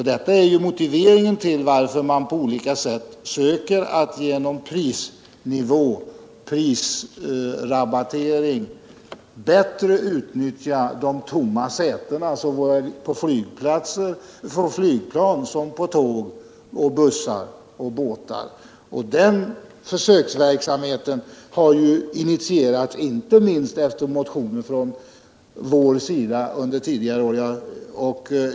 Detta är motiveringen till att man på olika sätt söker att genom prisrabattering bättre utnyttja de tomma sätena på såväl flygplan som tåg, bussar och båtar. Den försöksverksamheten har ju initierats inte minst av motioner från vårt håll under tidigare år.